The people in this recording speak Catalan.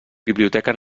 biblioteca